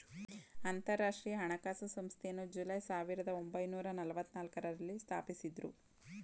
ಅಂತರಾಷ್ಟ್ರೀಯ ಹಣಕಾಸು ಸಂಸ್ಥೆಯನ್ನು ಜುಲೈ ಸಾವಿರದ ಒಂಬೈನೂರ ನಲ್ಲವತ್ತನಾಲ್ಕು ರಲ್ಲಿ ಸ್ಥಾಪಿಸಿದ್ದ್ರು